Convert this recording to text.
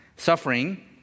Suffering